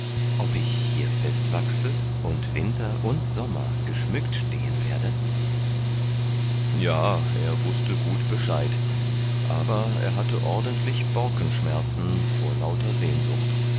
ob ich hier festwachse und winter und sommer geschmückt stehen werde ja er wußte gut bescheid aber er hatte ordentlich borkenschmerzen vor lauter sehnsucht